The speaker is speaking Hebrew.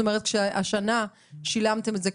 כשהשנה שילמתם את זה,